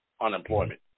unemployment